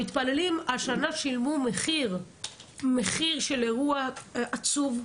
המתפללים השנה שילמו מחיר של אירוע עצוב,